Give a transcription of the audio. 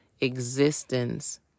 existence